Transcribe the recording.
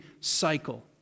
cycle